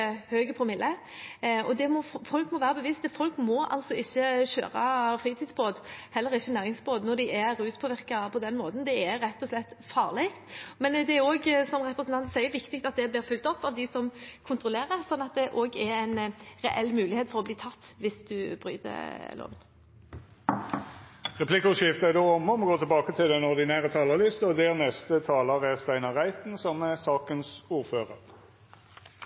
Folk må være bevisste, folk må ikke kjøre fritidsbåt – heller ikke næringsbåt – når de er ruspåvirket på den måten. Det er rett og slett farlig. Men det er også, som representanten sier, viktig at det blir fulgt opp av dem som kontrollerer, slik at det er en reell mulighet for å bli tatt hvis man bryter loven. Replikkordskiftet er omme.